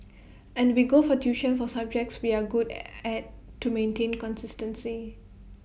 and we go for tuition for subjects we are good at to maintain consistency